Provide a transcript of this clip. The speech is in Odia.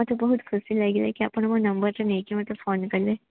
ମୋତେ ବହୁତ ଖୁସି ଲାଗିଲା କି ଆପଣ ମୋ ନମ୍ବର୍ଟା ନେଇକି ମତେ ଫୋନ୍ କଲେ